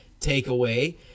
takeaway